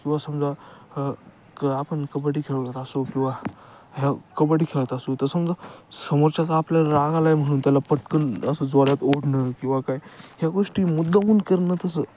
किंवा समजा क आपण कबड्डी खेळत असो किंवा ह्या कबड्डी खेळत असू तर समजा समोरच्याचा आपल्याला राग आला आहे म्हणून त्याला पटकन असं जाळ्यात ओढणं किंवा काय ह्या गोष्टी मुद्दामून करणं तसं